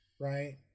right